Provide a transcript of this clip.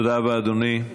תודה רבה, אדוני.